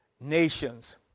nations